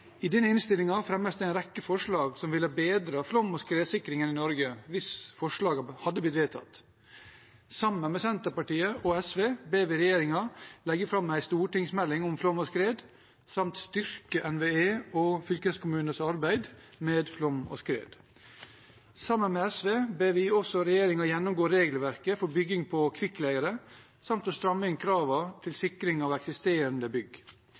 I denne innstillingen fremmes det en rekke forslag som ville ha bedret flom- og skredsikringen i Norge hvis forslaget hadde blitt vedtatt. Sammen med Senterpartiet og SV ber vi regjeringen legge fram en stortingsmelding om flom og skred samt styrke NVE og fylkeskommunenes arbeid med flom og skred. Sammen med SV ber vi også regjeringen gjennomgå regelverket for bygging på kvikkleire samt å stramme inn kravene til sikring av eksisterende bygg.